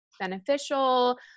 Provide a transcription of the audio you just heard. beneficial